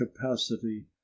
capacity